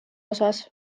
osas